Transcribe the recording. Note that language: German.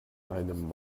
einem